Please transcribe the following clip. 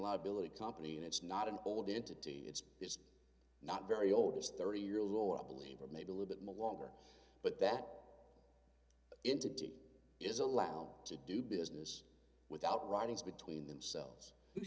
law ability company and it's not an old entity it's is not very old is thirty year low i believe or maybe a little bit more longer but that into t is allowed to do business without writings between themselves who